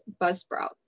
Buzzsprout